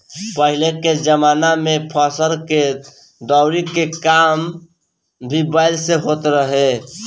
पहिले के जमाना में फसल के दवरी के काम भी बैल से होत रहे